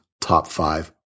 top-five